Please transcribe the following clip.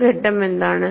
അടുത്ത ഘട്ടം എന്താണ്